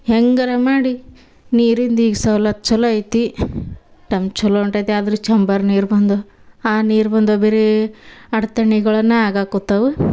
ಹೆಂಗಾರೂ ಮಾಡಿ ನೀರಿಂದು ಈಗ ಸವ್ಲತ್ತು ಚಲೋ ಐತಿ ತಮ್ ಚಲೋ ಹೊಂಟತಿ ಆದರೂ ಚಂಬರ್ ನೀರು ಬಂದು ಆ ನೀರು ಬಂದು ಬರೇ ಅಡ್ಚಣೆಗಳನ್ನ ಆಗಕೊತ್ತವು